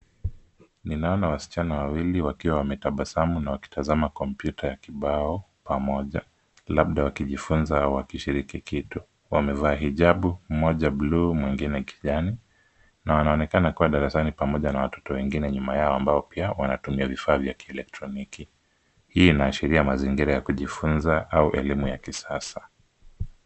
Ninaona wasichana wawili wakiwa wametabasamu na wakimtazama kompyuta ya kibao pamoja. Labda wakijifunza au wakishiriki kitu. wamevaa hijabu, mmoja bluu, mwingine kijani, na wanaonekana kuwa darasani pamoja na watoto wengine nyuma yao ambao pia wanatumia vifaa vya elektroniki. Hii inaashiria mazingira ya kujifunza au elimu ya kisasa.